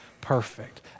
perfect